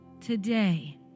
today